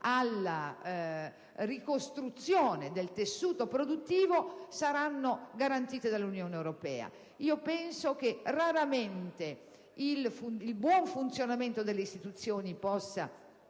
alla ricostruzione del tessuto produttivo sarà garantito dall'Unione europea. Raramente il buon funzionamento delle istituzioni si